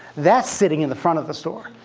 that's sitting in the front of the store.